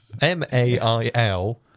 M-A-I-L